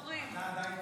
אתה עדיין צעיר.